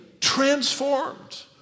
transformed